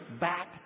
back